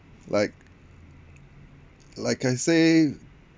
like like I say